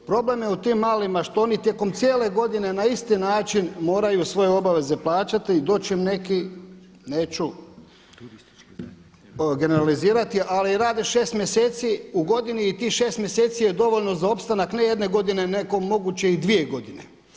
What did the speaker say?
Problem je u tim malima što oni tijekom cijele godine na isti način moraju svoje obaveze plaćati i doći će im neki neću generalizirati ali rade šest mjeseci u godini i tih šest mjeseci je dovoljno za opstanak ne jedne godine nego moguće i dvije godine.